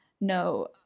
No